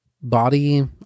body